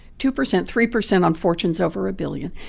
two percent three percent on fortunes over a billion.